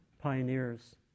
pioneers